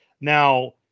now